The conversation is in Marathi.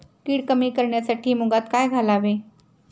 कीड कमी करण्यासाठी मुगात काय घालावे?